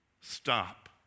Stop